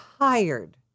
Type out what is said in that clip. tired